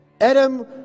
Adam